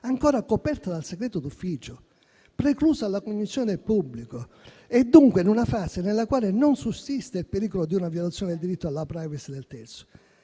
ancora coperta dal segreto d'ufficio, preclusa alla commissione e al pubblico, e dunque in una fase nella quale non sussiste il pericolo di una violazione del diritto alla *privacy* del terzo.